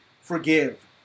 forgive